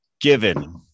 given